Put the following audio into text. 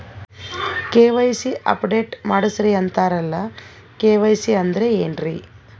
KYC update ಮಾಡಸ್ರೀ ಅಂತರಲ್ಲ KYC ಅಂದ್ರ ಏನ್ರೀ?